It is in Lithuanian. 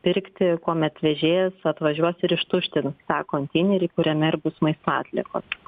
pirkti kuomet vežėjas atvažiuos ir ištuštins tą konteinerį kuriame ir bus maisto atliekos